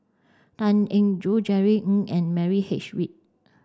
Tan Eng Joo Jerry Ng and Milliam H Read